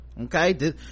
Okay